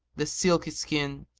the silky skin,